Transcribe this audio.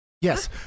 Yes